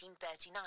1939